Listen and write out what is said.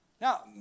Now